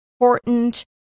important